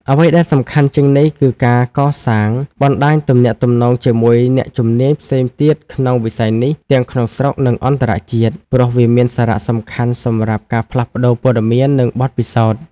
អ្វីដែលសំខាន់ជាងនេះ គឺការកសាងបណ្តាញទំនាក់ទំនងជាមួយអ្នកជំនាញផ្សេងទៀតក្នុងវិស័យនេះ ទាំងក្នុងស្រុក និងអន្តរជាតិ ព្រោះវាមានសារៈសំខាន់សម្រាប់ការផ្លាស់ប្តូរព័ត៌មាន និងបទពិសោធន៍។